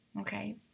okay